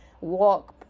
walk